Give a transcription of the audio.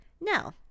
Now